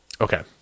okay